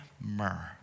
myrrh